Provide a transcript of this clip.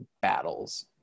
battles